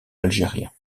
algérien